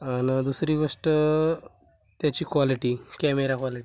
आणि दुसरी गोष्ट त्याची क्वालिटी कॅमेरा क्वालिटी